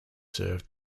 served